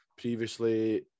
previously